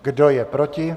Kdo je proti?